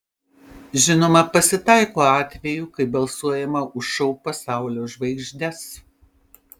žinoma pasitaiko atvejų kai balsuojama už šou pasaulio žvaigždes